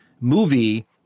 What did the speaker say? movie